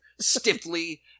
stiffly